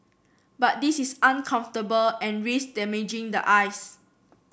but this is uncomfortable and risk damaging the eyes